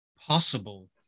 possible